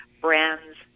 brands